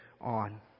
on